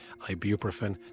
Ibuprofen